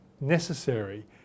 necessary